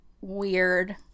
weird